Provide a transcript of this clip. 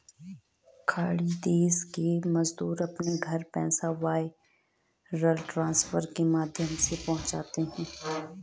खाड़ी देश के मजदूर अपने घर पैसा वायर ट्रांसफर के माध्यम से पहुंचाते है